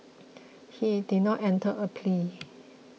he did not enter a plea